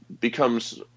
becomes